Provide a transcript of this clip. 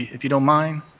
if you don't mind.